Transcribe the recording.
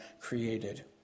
created